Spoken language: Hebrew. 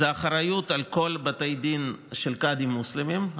האחריות לכל בתי הדין של קאדים מוסלמים,